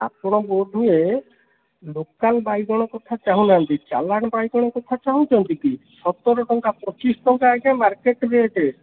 ଆପଣ ବୋଧହୁଏ ଲୋକାଲ୍ ବାଇଗଣ କଥା ଚାହୁଁ ନାହାଁନ୍ତି ଚାଲାଣ ବାଇଗଣ କଥା ଚାହୁଁଛନ୍ତି କି ସତର ଟଙ୍କା ପଚିଶ ଟଙ୍କା ଆଜ୍ଞା ମାର୍କେଟ ରେଟ୍